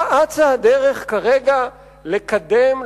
מה אצה הדרך כרגע לקדם,